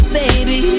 baby